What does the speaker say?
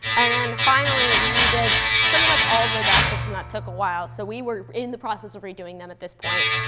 and then finally, we redid pretty much all of the graphics. and that took a while. so we were in the process of redoing them at this point.